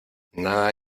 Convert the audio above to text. nada